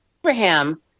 Abraham